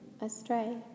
astray